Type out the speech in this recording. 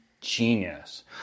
genius